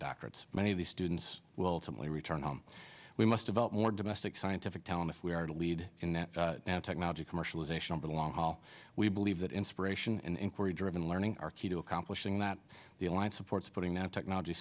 doctorates many of these students will ultimately return home we must develop more domestic scientific talent if we are to lead in that technology commercialization over the long haul we believe that inspiration and inquiry driven learning are key to accomplishing that the alliance supports putting that technology